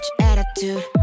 attitude